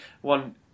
one